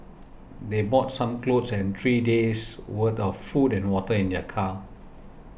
they brought some clothes and three days worth of food and water in their car